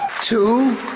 Two